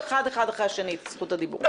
ידברו, תקבלו אחד אחרי השני את זכות הדיבור.